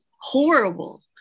horrible